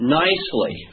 nicely